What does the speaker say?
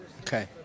Okay